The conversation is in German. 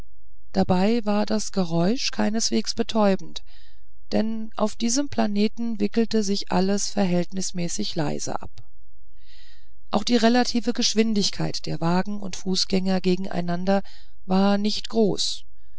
dabei war das geräusch keineswegs betäubend denn auf diesem planeten wickelte sich alles verhältnismäßig leise ab auch die relative geschwindigkeit der wagen und fußgänger gegeneinander war nicht groß